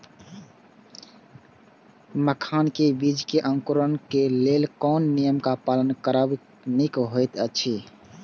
मखानक बीज़ क अंकुरन क लेल कोन नियम क पालन करब निक होयत अछि?